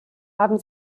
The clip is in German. haben